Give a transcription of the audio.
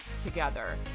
together